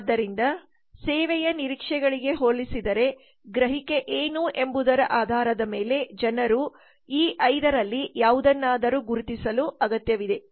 ಆದ್ದರಿಂದ ಸೇವೆಯ ನಿರೀಕ್ಷೆಗಳಿಗೆ ಹೋಲಿಸಿದರೆ ಗ್ರಹಿಕೆ ಏನು ಎಂಬುದರ ಆಧಾರದ ಮೇಲೆ ಜನರು ಈ 5 ರಲ್ಲಿ ಯಾವುದನ್ನಾದರೂ ಗುರುತಿಸಲು ಅಗತ್ಯವಿದೆ